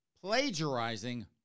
plagiarizing